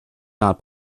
not